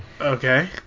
Okay